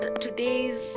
today's